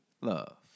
Love